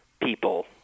people